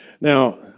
Now